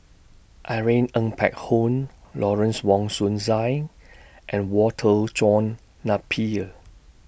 Irene Ng Phek Hoong Lawrence Wong Shyun Tsai and Walter John Napier